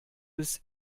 bis